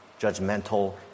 judgmental